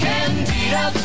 Candida ¶